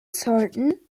sollten